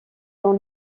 dans